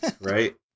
right